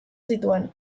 zituen